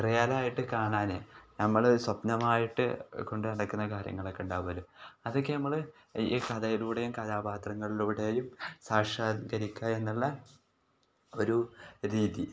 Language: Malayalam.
റിയൽ ആയിട്ട് കാണാൻ നമ്മൾ സ്വപ്നമായിട്ട് കൊണ്ട് നടക്കുന്ന കാര്യങ്ങളൊക്കെ ഉണ്ടാകുമല്ലോ അതൊക്കെ നമ്മൾ ഈ കഥയിലൂടെയും കഥാപാത്രങ്ങളിലൂടെയും സാക്ഷാത്കരിക്കുക എന്നുള്ള ഒരു രീതി